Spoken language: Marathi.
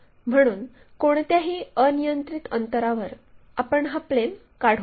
म्हणून कोणत्याही अनियंत्रित अंतरावर आपण हा प्लेन काढू शकतो